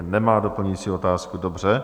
Nemá doplňující otázku, dobře.